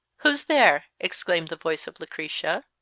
who's there? exclaimed the voice of lucretia.